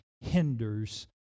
hinders